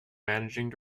managing